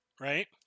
right